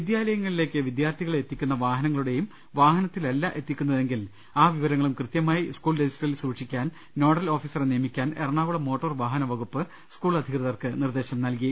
വിദ്യാലയങ്ങളിലേക്ക് വിദ്യാർത്ഥികളെ എത്തിക്കുന്ന വാഹനങ്ങളു ടെയും വാഹനത്തിലല്ല എത്തുന്നതെങ്കിൽ ആ വിവരങ്ങളും കൃത്യമായി സ്കൂൾ റജിസ്റ്ററിൽ സ്കൂക്ഷിക്കുവാൻ നോഡൽ ഓഫീസറെ നിയമിക്കാൻ ഏറണാകുളം മോട്ടോർ വാഹന വകുപ്പ് സ്കൂൾ അധികൃതർക്ക് നിർദ്ദേശം നൽകി